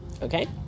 Okay